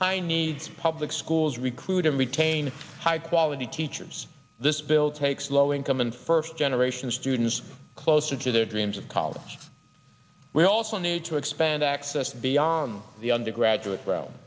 high needs public schools recruit and retain high quality teachers this bill takes low income and first generation students closer to their dreams of college we also need to expand access beyond the undergraduate